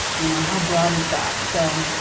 you know how broad is that? so,